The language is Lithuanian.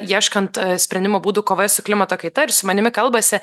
ieškant sprendimo būdų kovoje su klimato kaita ir su manimi kalbasi